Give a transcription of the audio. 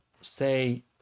say